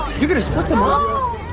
you're going to split them um